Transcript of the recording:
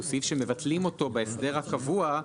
שהוא סעיף שמבטלים אותו בהסדר הקבוע,